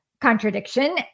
contradiction